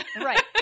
Right